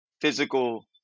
physical